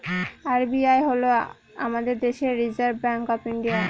RBI হল আমাদের দেশের রিসার্ভ ব্যাঙ্ক অফ ইন্ডিয়া